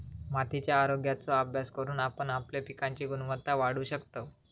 मातीच्या आरोग्याचो अभ्यास करून आपण आपल्या पिकांची गुणवत्ता वाढवू शकतव